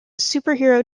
superhero